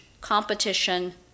competition